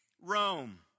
Rome